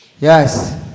Yes